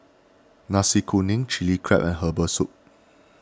Nasi Kuning Chilli Crab and Herbal Soup